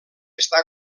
està